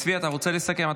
צבי, אתה רוצה לסכם?